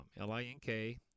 L-I-N-K